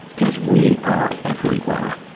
because we are everywhere.